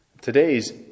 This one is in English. Today's